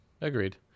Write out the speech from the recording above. Agreed